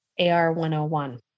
AR101